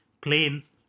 planes